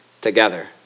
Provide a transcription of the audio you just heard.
together